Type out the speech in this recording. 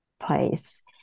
Place